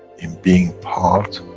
in being part,